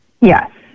Yes